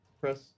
press